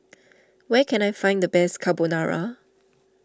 where can I find the best Carbonara